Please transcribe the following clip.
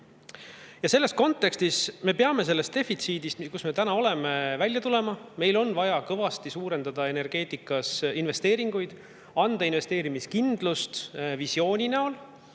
Selles kontekstis me peame sellest defitsiidist, kus me täna oleme, välja tulema. Meil on vaja kõvasti suurendada energeetikas investeeringuid, anda investeerimiskindlust visiooni näol.